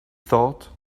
thought